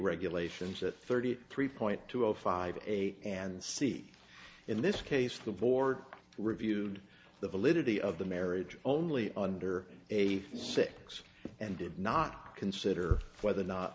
regulations at thirty three point two zero five a and c in this case the board reviewed the validity of the marriage only under a six and did not consider whether or not